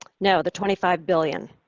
no, the twenty five billion